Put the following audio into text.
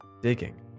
digging